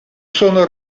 sono